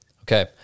Okay